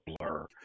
blur